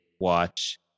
watch